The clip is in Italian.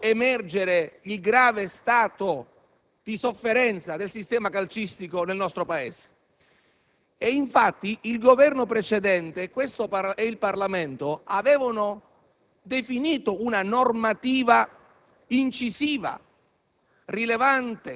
fatto emergere il grave stato di sofferenza del sistema calcistico nel nostro Paese. Infatti, il Governo precedente e il Parlamento avevano definito una normativa incisiva